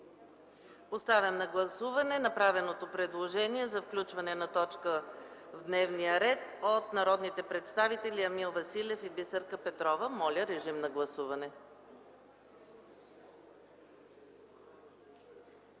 Поставям на гласуване направеното предложение за включване на точка в дневния ред от народните представители Емил Василев и Бисерка Петрова. Гласували